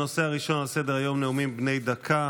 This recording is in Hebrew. הנושא הראשון על סדר-היום, נאומים בני דקה.